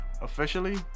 Officially